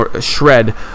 shred